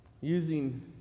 Using